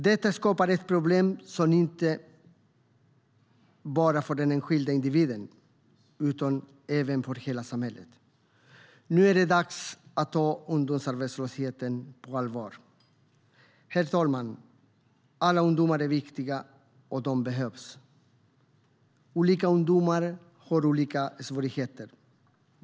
Detta skapar ett problem, inte bara för den enskilda individen utan även för hela samhället. Nu är det dags att ta ungdomsarbetslösheten på allvar. Herr talman! Alla ungdomar är viktiga, och de behövs. Olika ungdomar har olika svårigheter.